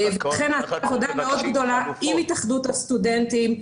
ולכן נעשית עבודה מאוד גדולה עם התאחדות הסטודנטים,